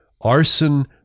arson